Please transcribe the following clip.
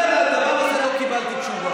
אני, על הדבר הזה לא קיבלתי תשובה.